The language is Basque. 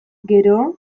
gero